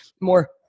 more